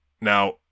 Now